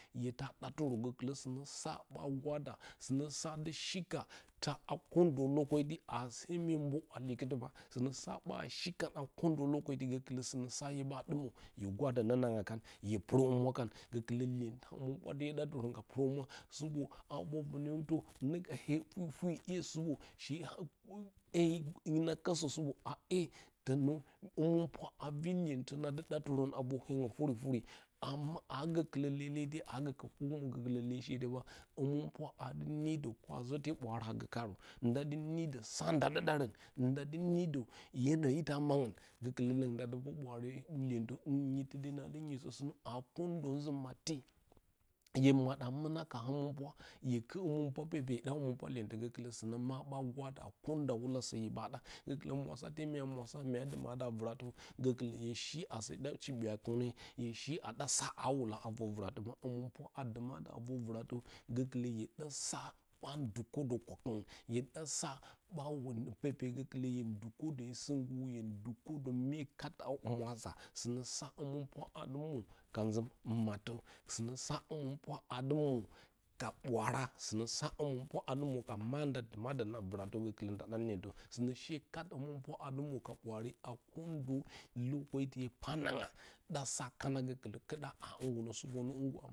Hye ta ɗa turə go kulə sa ɓa gwada suna sa dɨ shi ka taa a aa ko mye bow a kon dolikiti a suna sa ɓa a shi ka a dan gokulə suna sa hye ɓo ɗumə hye gwadə nonangya kan hye purohumura kan gokulə iyenta həmɨnpwa te hye dɨ da dwə nga purohumwa, supo a ror wunə hiwtə hinə ka hye furifuri iye supo iye hina kosə supo iye tonə həminpwa a ri iyentə na du də tɨrən a roi hang furifuri ama a gəkulə lelede a a gəkulə leshe de. Həmɨnpura a dɨ nidə bwaara a gə karə ndadɨ mdə sa ndadɨ ɗarən, ndadɨ nidə maangn gəkulə longn nda di rə bwaare iyentə, hin yitti de nadɨ nyisə sunə a ondə nzi matti hye mada muna haka həmɨnpwa hye left həmɨupura pepe. Hye ɗa həmɨnpura iyentə gokulə suna ma ɓa gwada a kondawulala hye ɓa ɗa, gokulə munsade mya mura a mya duma ɗa va vradə gokulə hye shi asaɗa ski ɓwakune hye shi a ɗa sa aa sula a vor viado həminpwa a dumada a vor vratə gə kulə nda ɗan iyentə sune she kat hamɨ pura a du mwo ka bwaare a ko ndə hye pa nangya ɗa sa kana golə kuɗa a hingunə supo no hungu.